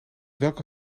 welke